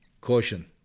caution